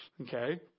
Okay